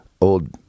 old